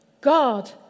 God